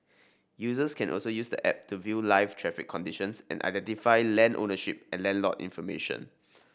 users can also use the app to view live traffic conditions and identify land ownership and land lot information